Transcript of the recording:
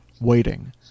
Waiting